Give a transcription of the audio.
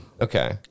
Okay